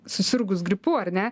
susirgus gripu ar ne